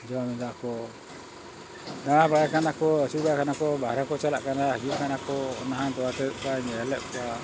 ᱡᱚᱢᱮᱫᱟ ᱠᱚ ᱫᱟᱬᱟ ᱵᱟᱲᱟᱭ ᱠᱟᱱᱟ ᱠᱚ ᱟᱹᱪᱩᱨ ᱵᱟᱲᱟᱭ ᱠᱟᱱᱟ ᱠᱚ ᱵᱟᱦᱨᱮ ᱠᱚ ᱪᱟᱞᱟᱜ ᱠᱟ ᱱᱟ ᱦᱤᱡᱩᱜ ᱠᱟᱱᱟ ᱠᱚ ᱚᱱᱟ ᱦᱚᱸ ᱯᱚᱨᱮᱛᱮ ᱧᱮᱞᱮᱫ ᱠᱚᱣᱟ